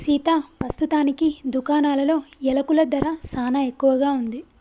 సీతా పస్తుతానికి దుకాణాలలో యలకుల ధర సానా ఎక్కువగా ఉంది